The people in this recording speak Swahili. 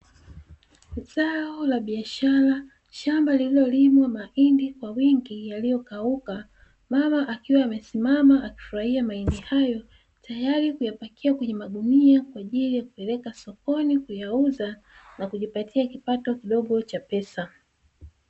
Zao la biashara, shamba lililolimwa mahindi kwa wingi yaliyokauka, mama akiwa amesimama akifurahia mahindi hayo tayari kuyapakia kwenye magunia kwa ajili ya kupeleka sokoni kuyauza na kijipatia kipato kidogo cha pesa.